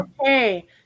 Okay